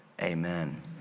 Amen